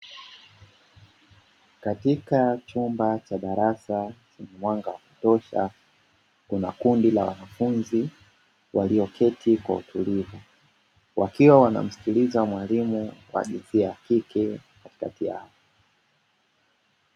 Katika chumba cha darasa chenye mwanga wa kutosha kuna kundi la wanafunzi waliyoketi kwa utulivu, wakiwa wanamsikiliza mwalimu wa jinsia ya kike katikati yao.